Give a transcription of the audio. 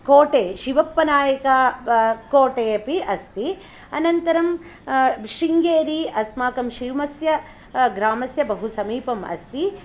कोटे शिवप्पनायकः कोटे अपि अस्ति अनन्तरं शृङ्गेरी अस्माकं शिवमस्य ग्रामस्य बहु समीपम् अस्ति